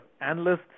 analysts